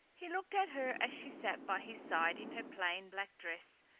he looked at her as she sat by his side in her plain black dress,